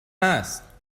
هست